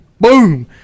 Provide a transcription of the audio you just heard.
boom